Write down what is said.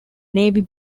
navy